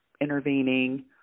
intervening